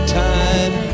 time